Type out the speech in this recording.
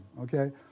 okay